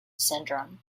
syndrome